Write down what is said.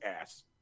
ass